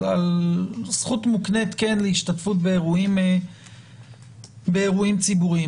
על זכות מוקנית להשתתפות באירועים ציבוריים.